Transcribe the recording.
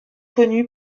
connu